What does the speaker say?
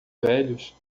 velhos